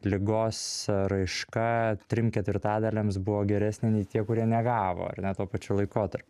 ligos raiška trim ketvirtadaliams buvo geresnė nei tie kurie negavo ar ne tuo pačiu laikotarpiu